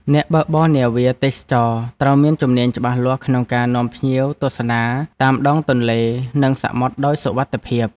អ្នកបើកបរនាវាទេសចរណ៍ត្រូវមានជំនាញច្បាស់លាស់ក្នុងការនាំភ្ញៀវទស្សនាតាមដងទន្លេនិងសមុទ្រដោយសុវត្ថិភាព។